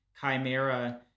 chimera